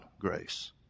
grace